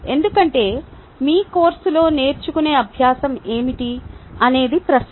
ఎందుకంటే మీ కోర్సులో నేర్చుకునే అభ్యాసం ఏమిటి అనేది ప్రశ్న